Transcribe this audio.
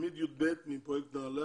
תלמיד כיתה י"ב מפרויקט נעל"ה,